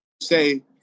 say